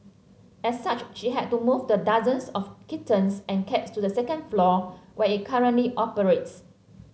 as such she had to move the dozens of kittens and cats to the second floor where it currently operates